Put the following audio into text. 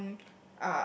um